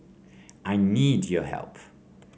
I need your help